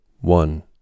One